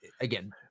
again